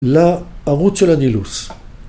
‫לערוץ של הנילוס.